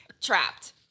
Trapped